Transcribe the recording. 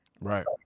Right